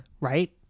Right